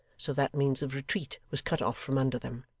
so that means of retreat was cut off from under them.